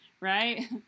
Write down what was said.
Right